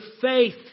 faith